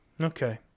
Okay